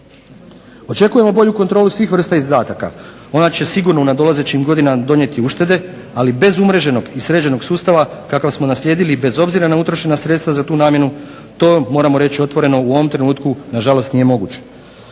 Očekujemo bolju kontrolu svih vrsta izdataka. Ona će sigurno u nadolazećim godinama donijeti uštede, ali bez umreženog i sređenog sustava kakav smo naslijedili i bez obzira na utrošena sredstva za tu namjenu to moramo reći otvoreno u ovom trenutku na žalost nije moguće.